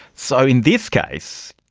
so in this case,